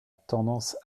tendance